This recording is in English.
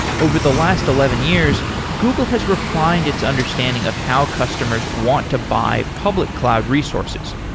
over the last eleven years, google has refined its understanding of how customers want to buy public cloud resources.